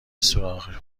سوراخ